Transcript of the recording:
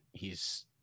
hes